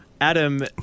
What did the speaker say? Adam